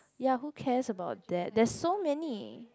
ya who cares about that there are so many